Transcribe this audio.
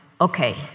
okay